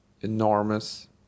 enormous